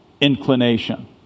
inclination